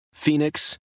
Phoenix